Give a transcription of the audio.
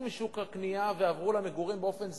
משוק הקנייה ועברו למגורים באופן זמני,